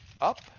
up